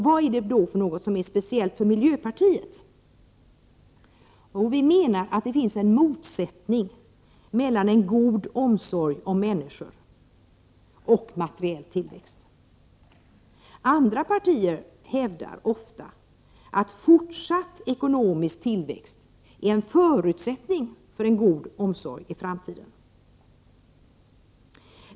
Vad är det då som är speciellt för miljöpartiet? Jo, vi menar att det finns en motsättning mellan en god omsorg om människor och materiell tillväxt. Andra partier hävdar ofta att fortsatt ekonomisk tillväxt är en förutsättning för en god omsorg i framtiden.